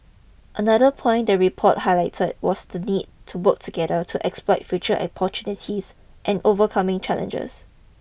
another point the report highlighter was the need to work together to exploit future opportunities and overcoming challenges